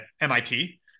MIT